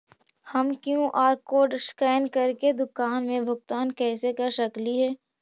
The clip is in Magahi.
हम कियु.आर कोड स्कैन करके दुकान में भुगतान कैसे कर सकली हे?